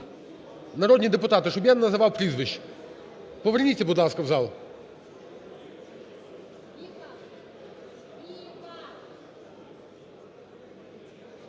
народні депутати, щоб я не називав прізвищ, поверніться, будь ласка, в зал.